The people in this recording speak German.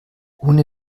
urne